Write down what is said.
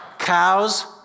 Cows